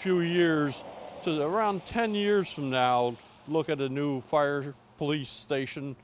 two years to the room ten years from now look at a new fire police station